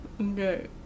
Okay